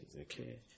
okay